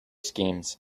schemes